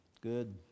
good